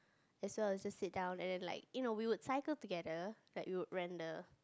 as well as just sit down and then like you know we would cycle together like we would rent the